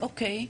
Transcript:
אוקיי,